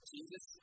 Jesus